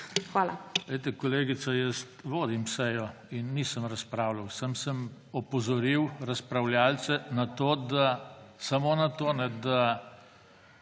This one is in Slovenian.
Hvala